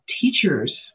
teachers